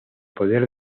poder